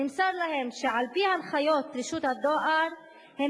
נמסר להם שעל-פי הנחיות רשות הדואר הם